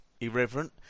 irreverent